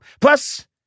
Plus